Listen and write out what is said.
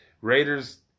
Raiders